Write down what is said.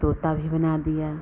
तोता भी बना दिया